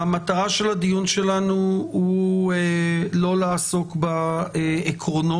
המטרה של הדיון שלנו היא לא לעסוק בעקרונות,